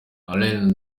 alain